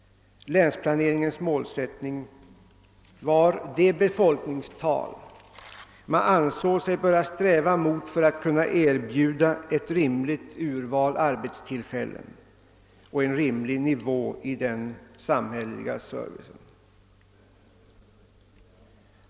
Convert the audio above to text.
Länsplaneringens målsättning var det befolkningstal man ansåg sig böra sträva mot för att kunna erbjuda ett rimligt urval arbetstillfällen och en skälig nivå i fråga om den samhälleliga servicen.